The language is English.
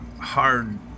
hard